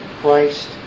Christ